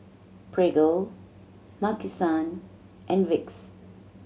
Prego Maki San and Vicks